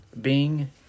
Bing